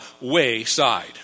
wayside